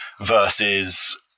versus